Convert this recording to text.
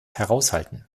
heraushalten